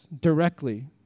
directly